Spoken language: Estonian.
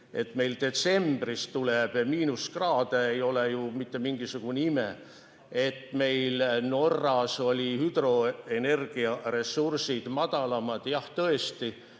Et meil detsembris tuleb miinuskraade, ei ole ju mitte mingisugune ime. Et Norras olid hüdroenergiaressursid väiksemad – jah, tõesti,